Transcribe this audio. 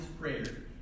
prayer